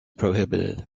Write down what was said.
prohibited